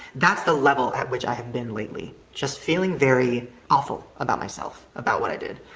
that's the level at which i have been lately. just feeling very awful about myself, about what i did,